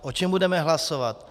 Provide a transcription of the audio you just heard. O čem budeme hlasovat?